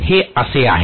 हे असे आहे